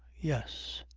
yes.